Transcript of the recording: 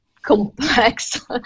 complex